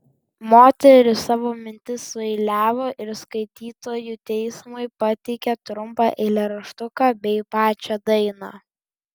moteris savo mintis sueiliavo ir skaitytojų teismui pateikė trumpą eilėraštuką bei pačią dainą